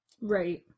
Right